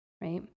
right